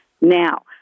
Now